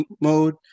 Mode